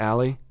Ali